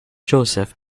joseph